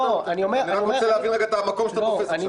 אני רוצה להבין את המקום שאתה תופס עכשיו.